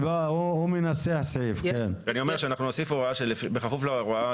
אנחנו נוסיף סעיף שאומר שבכפוף להוראה